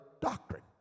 doctrine